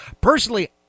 Personally